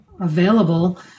available